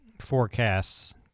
forecasts